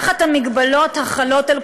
במגבלות החלות על כולם.